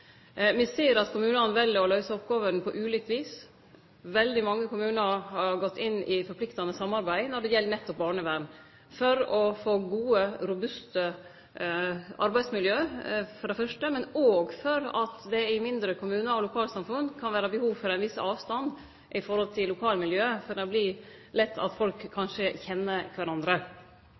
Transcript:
Me ser at kommunane vel å løyse oppgåvene på ulikt vis. Veldig mange kommunar har gått inn i forpliktande samarbeid nettopp når det gjeld barnevern, ikkje berre for å få gode, robuste arbeidsmiljø, men òg for at det i mindre kommunar og lokalsamfunn kan vere behov for ein viss avstand til lokalmiljøet, fordi det vert lett slik at folk kanskje kjenner kvarandre.